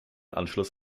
anschluss